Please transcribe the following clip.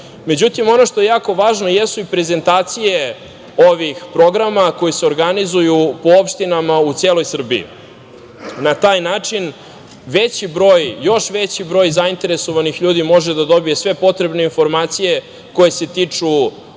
ono što je jako važno jesu prezentacije ovih programa koje se organizuju po opštinama u celoj Srbiji. Na taj način veći broj, još veći broj zainteresovanih ljudi može da dobije sve potrebne informacije koje se tiču određenih